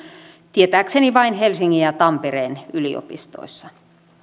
tietääkseni vain helsingin ja tampereen yliopistoissa